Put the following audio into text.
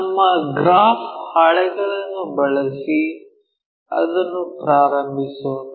ನಮ್ಮ ಗ್ರಾಫ್ ಹಾಳೆಗಳನ್ನು ಬಳಸಿ ಅದನ್ನು ಪ್ರಾರಂಭಿಸೋಣ